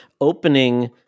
opening